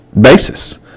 basis